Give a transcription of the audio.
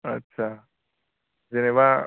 आच्चा जेनेबा